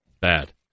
Bad